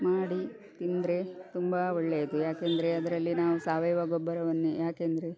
ಮಾಡಿ ತಿಂದರೆ ತುಂಬ ಒಳ್ಳೆಯದು ಯಾಕೆಂದ್ರೆ ಅದರಲ್ಲಿ ನಾವು ಸಾವಯವ ಗೊಬ್ಬರವನ್ನೇ ಯಾಕೆಂದರೆ